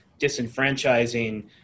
disenfranchising